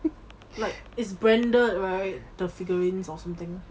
like it's branded right the figurines or something